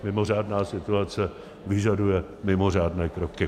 Mimořádná situace vyžaduje mimořádné kroky.